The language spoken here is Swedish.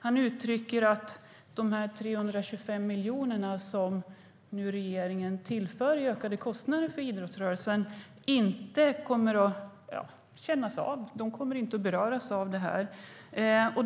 Han uttryckte att de 325 miljoner som regeringen nu tillför som kompensation för ökade kostnader i idrottsrörelsen inte kommer att märkas. Idrottsrörelsen kommer inte att beröras av dessa pengar.